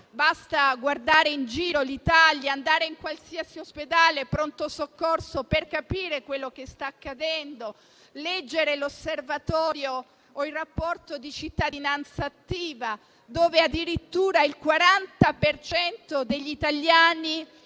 basta guardare i dati, andare in qualsiasi ospedale o pronto soccorso per capire quello che sta accadendo, leggere l'osservatorio o il rapporto di cittadinanza attiva, dove si dice che addirittura il 40 per cento degli italiani